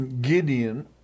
Gideon